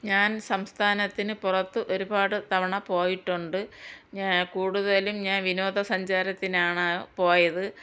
ഞാൻ സംസ്ഥാനത്തിന് പുറത്ത് ഒരുപാട് തവണ പോയിട്ടുണ്ട് ഞാൻ കൂടുതലും ഞാൻ വിനോദസഞ്ചാരത്തിനാണ് പോയത്